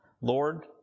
Lord